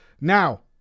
Now